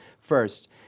First